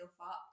up